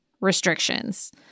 restrictions